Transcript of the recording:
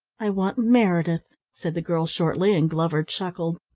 i want meredith, said the girl shortly, and glover chuckled.